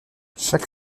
chaque